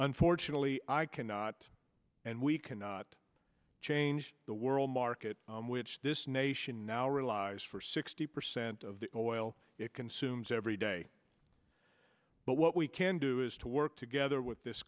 unfortunately i cannot and we cannot change the world market which this nation now realize for sixty percent of the oil it consumes every day but what we can do is to work together with this